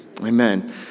Amen